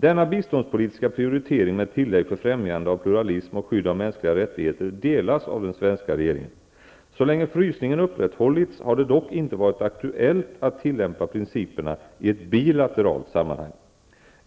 Denna biståndspolitiska prioritering med tillägg för främjande av pluralism och skydd av mänskliga rättigheter instämmer den svenska regeringen i. Så länge frysningen upprätthållits har det dock inte varit aktuellt att tillämpa principerna i ett bilateralt sammanhang.